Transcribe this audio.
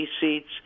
seats